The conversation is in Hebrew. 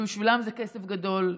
שבשבילן זה כסף גדול.